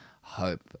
hope